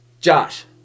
Josh